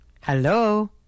Hello